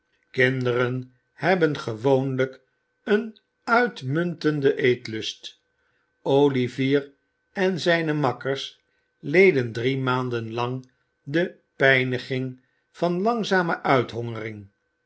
kinderen hebben gewoonlijk een uitmuntenden eetlust olivier en zijne makkers leden drie maanden lang de pijniging van langzame uithongering